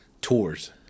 tours